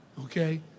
okay